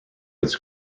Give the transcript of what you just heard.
its